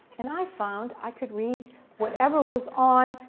and i found i could read whatever was on,